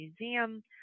museum